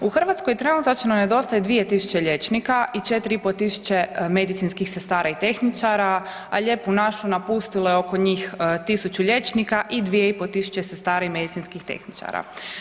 U Hrvatskoj trenutačno nedostaje 2000 liječnika i 4500 medicinskih sestara i tehničara, a lijepu našu napustilo je oko njih 1000 liječnika i 2500 sestara i medicinskih tehničara.